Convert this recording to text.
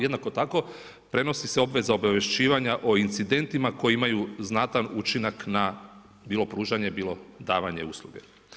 Jednako tako prenosi se obveza obavješćivanja o incidentima koji imaju znatan učinak na bilo pružanje bilo davanje usluge.